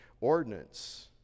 ordinance